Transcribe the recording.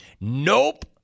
Nope